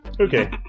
Okay